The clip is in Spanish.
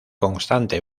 constante